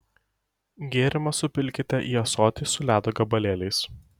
gėrimą supilkite į ąsotį su ledo gabalėliais